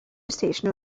station